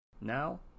Now